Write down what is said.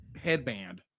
headband